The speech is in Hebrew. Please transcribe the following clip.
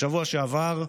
בשבוע שעבר,